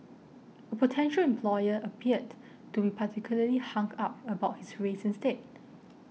a potential employer appeared to be particularly hung up about his race instead